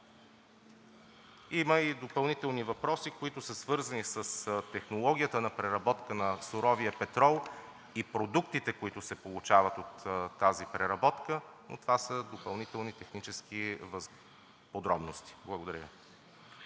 Има и допълнителни въпроси, които са свързани с технологията на преработка на суровия петрол и продуктите, които се получават от тази преработка, но това са допълнителни технически подробности.